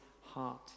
heart